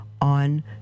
on